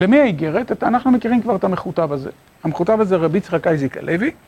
למי האיגרת? אנחנו מכירים כבר את המכותב הזה. המכותב הזה רבי יצחק אייזיק הלוי.